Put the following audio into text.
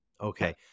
Okay